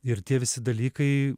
ir tie visi dalykai